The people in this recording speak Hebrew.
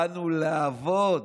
באנו לעבוד,